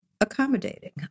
accommodating